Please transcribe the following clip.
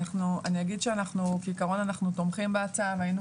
אני אומר שבעקרון אנחנו תומכים בהצעה והיינו